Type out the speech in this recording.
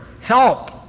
help